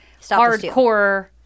hardcore